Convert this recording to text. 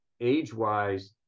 age-wise